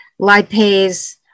lipase